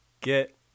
get